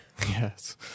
Yes